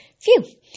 Phew